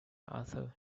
arthur